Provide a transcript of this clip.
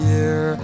Year